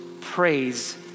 praise